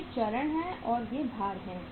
ये चरण हैं और ये भार हैं